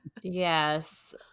yes